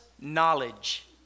knowledge